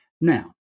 Now